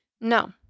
No